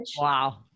Wow